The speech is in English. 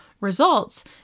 results